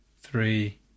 three